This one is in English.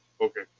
Okay